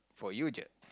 for you jer